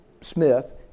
Smith